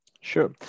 Sure